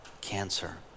cancer